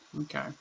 okay